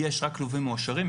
יש רק כלובים "מועשרים".